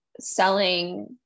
selling